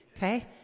Okay